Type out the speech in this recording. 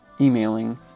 emailing